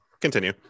continue